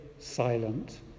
Silent